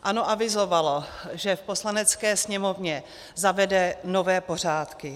ANO avizovalo, že v Poslanecké sněmovně zavede nové pořádky.